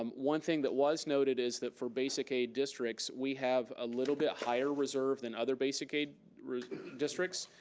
um one thing that was noted is that for basic aid districts we have a little bit higher reserve than other basic aid districts.